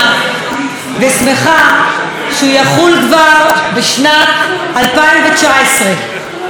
ושמחה שהוא יחול כבר בשנת 2019. תיקון חוק